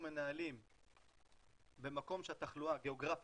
מנהלים במקום שהתחלואה גדולה גיאוגרפית,